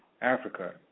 Africa